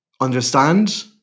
understand